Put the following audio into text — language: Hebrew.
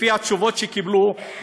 לפי התשובות שקיבלו,